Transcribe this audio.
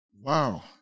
Wow